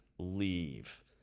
leave